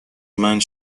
مند